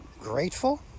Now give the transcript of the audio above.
grateful